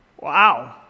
Wow